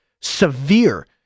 severe